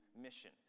mission